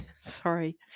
sorry